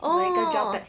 oh